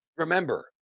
Remember